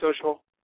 social